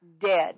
dead